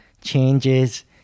changes